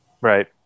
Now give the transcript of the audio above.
Right